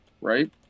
right